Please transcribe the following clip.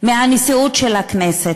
והנשיאות של הכנסת,